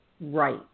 right